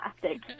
plastic